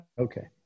Okay